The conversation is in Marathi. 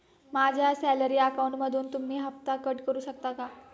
माझ्या सॅलरी अकाउंटमधून तुम्ही हफ्ता कट करू शकता का?